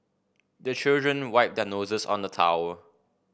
the children wipe their noses on the towel